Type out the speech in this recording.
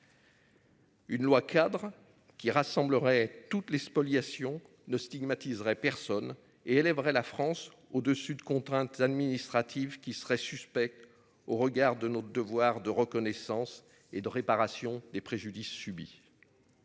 Une loi cadre qui rassemblerait toutes les spoliations ne stigmatiserait personne et élèverait la France au dessus de contraintes administratives qui serait suspecte. Au regard de notre devoir de reconnaissance et de réparation des préjudices subis.